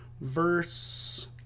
verse